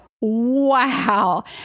wow